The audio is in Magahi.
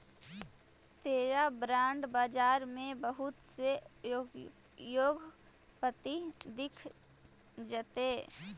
तोरा बॉन्ड बाजार में बहुत से उद्योगपति दिख जतो